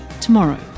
tomorrow